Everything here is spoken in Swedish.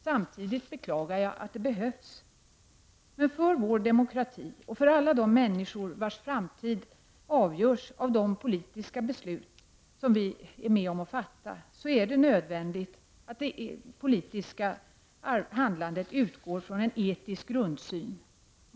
Samtidigt beklagar jag att det behövs, men för vår demokrati och för alla de människor vars framtid avgörs av de politiska beslut som vi är med om att fatta är det nödvändigt att det politiska handlandet utgår från en etisk grundsyn.